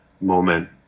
moment